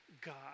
God